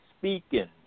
speaking